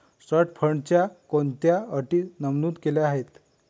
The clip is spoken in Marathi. ट्रस्ट फंडामध्ये कोणत्या अटी नमूद केल्या आहेत?